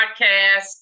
podcast